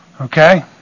Okay